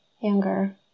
younger